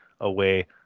away